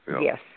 Yes